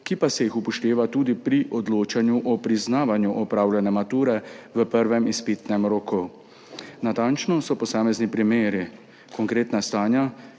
ki pa se jih upošteva tudi pri odločanju o priznavanju opravljene mature v prvem izpitnem roku. Natančno so posamezni primeri, konkretna stanja,